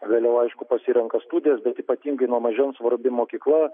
pagaliau aišku pasirenka studijas bet ypatingai nuo mažens svarbi mokykla